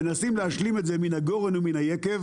מנסים להשלים את זה מן הגורן ומן היקב,